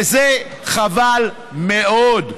וזה חבל מאוד.